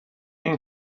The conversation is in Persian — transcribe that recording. این